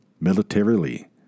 militarily